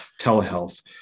telehealth